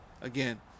Again